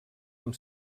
amb